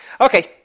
Okay